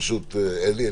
ברשות אלי,